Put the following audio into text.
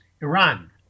Iran